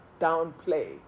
downplay